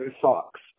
socks